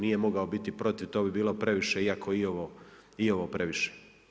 Nije mogao biti protiv, to bi bilo previše iako je i ovo previše.